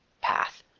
path